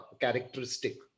characteristic